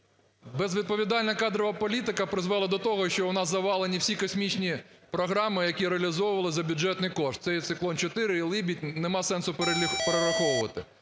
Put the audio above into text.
Безвідповідальна кадрова політика призвела до того, що у нас завалені всі космічні програми, які реалізовувались за бюджетний кошт - це і "Циклон – 4", і "Либідь", - немає сенсу перераховувати.